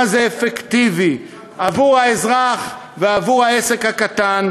זה אפקטיבי עבור האזרח ועבור העסק הקטן,